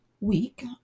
week